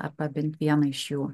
arba bent vieną iš jų